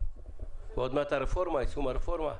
ועוד מעט יישום הרפורמה,